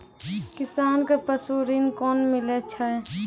किसान कऽ पसु ऋण कोना मिलै छै?